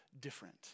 different